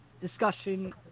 discussion